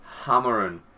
Hammering